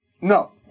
No